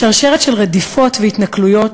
שרשרת של רדיפות והתנכלויות,